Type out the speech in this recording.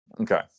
Okay